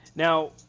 Now